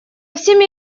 всеми